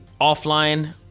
offline